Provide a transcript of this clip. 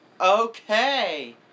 Okay